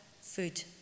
food